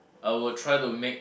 I would try to make